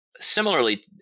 similarly